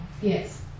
Yes